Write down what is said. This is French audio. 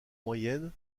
moyenne